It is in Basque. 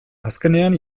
azkenean